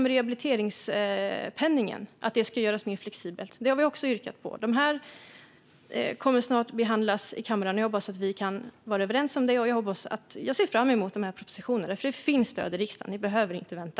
Att rehabiliteringspenningen ska göras mer flexibel har vi också ett yrkande om. Dessa yrkanden kommer snart att behandlas i kammaren. Jag hoppas att vi kan vara överens om dem. Jag ser också fram emot propositionen, för det finns stöd i riksdagen. Ni behöver inte vänta.